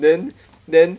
then then